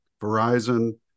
Verizon